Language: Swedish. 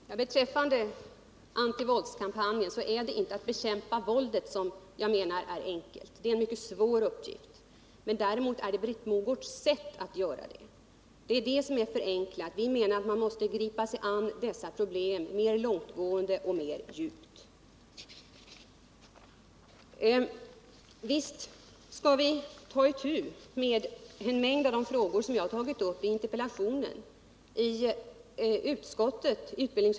Herr talman! Beträffande antivåldskampanjen så är det inte bekämpandet av våldet som jag menar är enkelt — det är en mycket svår uppgift — utan det är Britt Mogårds sätt att agera i det avseendet. Man måste gå mera på djupet med dessa problem. Visst skall vi i utbildningsutskottet och här i kammaren ta itu med en mängd av de frågor som jag tagit upp i interpellationen.